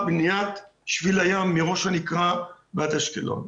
בניית שביל הים מראש הנקרה ועד אשקלון.